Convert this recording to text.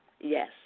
Yes